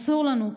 אסור לנו.